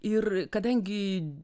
ir kadangi